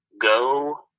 go